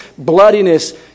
bloodiness